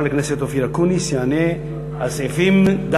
לכנסת אופיר אקוניס יענה על סעיפים 4,